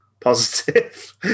positive